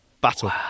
battle